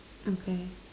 okay